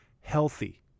healthy